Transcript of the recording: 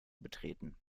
betreten